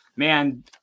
Man